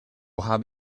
habe